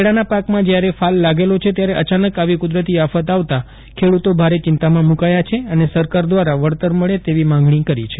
કેળાના પાકમાં જ્યારે ફાલ લાગેલો છે ત્યારે અચાનક આવી કુદરતી આફત આવતાં ખેડૂતો ભારે ચિંતામાં મુકાથા છે અને સરકાર દ્વારા વળતર મળે તેવી માંગણી કરી છે